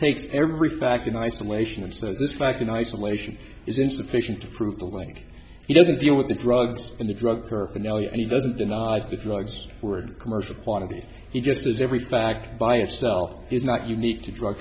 takes every fact in isolation of so this fact in isolation is insufficient to prove the link he doesn't deal with the drugs in the drug paraphernalia and he doesn't deny the drugs were commercial quantities he just as every fact by itself is not unique to drug